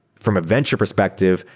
from a venture perspective,